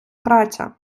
праця